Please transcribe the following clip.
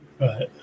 Right